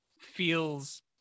feels